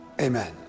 Amen